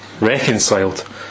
reconciled